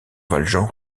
valjean